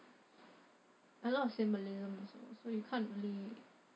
a lot of symbolism so so you can't really